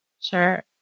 Sure